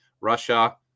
Russia